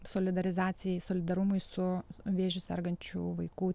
solidorizacijai solidarumui su vėžiu sergančių vaikų